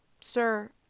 sir